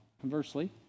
conversely